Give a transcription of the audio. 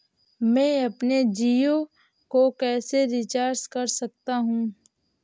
मैं अपने जियो को कैसे रिचार्ज कर सकता हूँ?